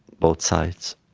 both sides.